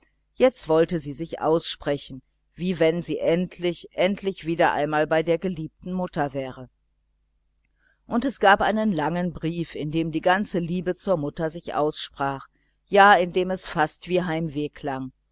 jetzt wollte sie sich aussprechen wie wenn sie endlich endlich einmal wieder bei der geliebten mutter wäre und es gab einen langen langen brief in dem die ganze liebe zur mutter sich aussprach ja in dem es fast wie heimweh klang